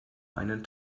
einen